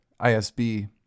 ISB